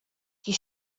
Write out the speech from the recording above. die